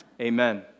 amen